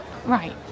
Right